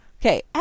Okay